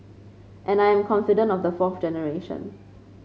and I'm confident of the fourth generation